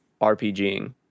RPGing